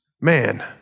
man